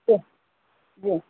جی جی